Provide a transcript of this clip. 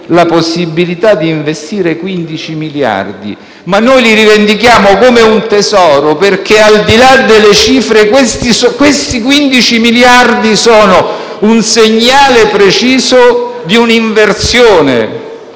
la possibilità di investire 15 miliardi, ma noi li rivendichiamo come un tesoro perché, al di là delle cifre, sono un segnale preciso di un'inversione